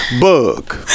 Bug